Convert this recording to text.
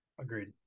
agreed